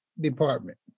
department